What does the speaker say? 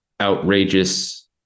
outrageous